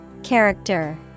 Character